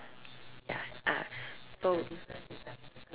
ya ah so